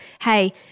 hey